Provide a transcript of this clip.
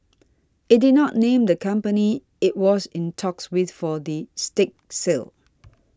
it did not name the company it was in talks with for the stake sale